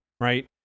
right